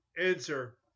Answer